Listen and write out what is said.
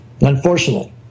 unfortunately